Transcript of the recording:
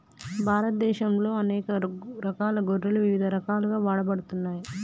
భారతదేశంలో అనేక రకాల గొర్రెలు ఇవిధ రకాలుగా వాడబడుతున్నాయి